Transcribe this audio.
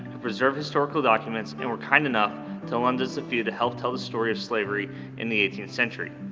who preserve historical documents and were kind enough to lend us a few to help tell the story of slavery in the eighteenth century.